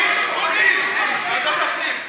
ועדת הפנים.